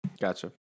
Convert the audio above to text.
Gotcha